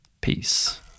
peace